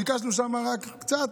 ביקשנו רק קצת,